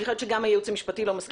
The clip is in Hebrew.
ואני חושבת שגם הייעוץ המשפטי לא מסכים